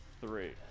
three